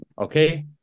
Okay